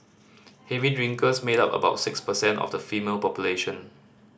heavy drinkers made up about six percent of the female population